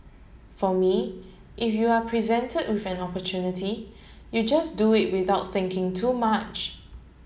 for me if you are presented with an opportunity you just do it without thinking too much